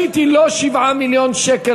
הדוגמה האישית היא לא 7 מיליון שקל,